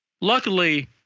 luckily